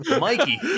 Mikey